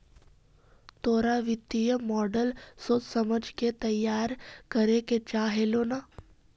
तोरा वित्तीय मॉडल सोच समझ के तईयार करे के चाह हेलो न